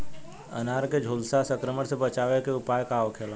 अनार के झुलसा संक्रमण से बचावे के उपाय का होखेला?